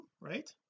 right